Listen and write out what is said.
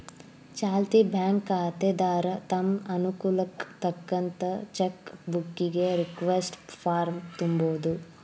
ಚಾಲ್ತಿ ಬ್ಯಾಂಕ್ ಖಾತೆದಾರ ತಮ್ ಅನುಕೂಲಕ್ಕ್ ತಕ್ಕಂತ ಚೆಕ್ ಬುಕ್ಕಿಗಿ ರಿಕ್ವೆಸ್ಟ್ ಫಾರ್ಮ್ನ ತುಂಬೋದು